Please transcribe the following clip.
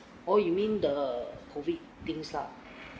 oh you mean the COVID things lah